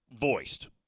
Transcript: voiced